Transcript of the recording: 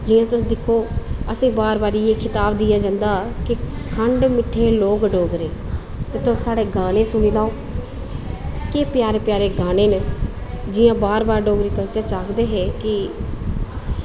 जि'यां तुस दिक्खो असें बार बार इ'यै खिताब दित्ता जंदा खंड मिट्ठे लोग डोगरे ते तुस साढ़े गाने सुनी लैओ केह् प्यारे प्यारे गाने न जि'यां डोगरी कल्चर च आखदे हे कि